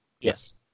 Yes